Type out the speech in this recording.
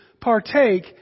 partake